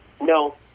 No